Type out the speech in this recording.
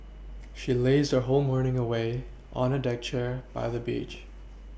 she lazed her whole morning away on a deck chair by the beach